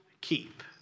keep